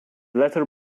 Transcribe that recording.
letter